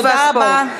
תודה רבה.